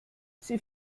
sie